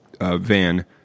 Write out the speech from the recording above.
van